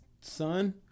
son